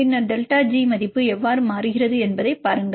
பின்னர் delta G மதிப்பு எவ்வாறு மாறுகிறது என்பதைப் பாருங்கள்